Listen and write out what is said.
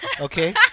Okay